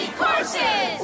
courses